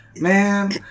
man